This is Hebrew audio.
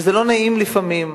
וזה לא נעים לפעמים.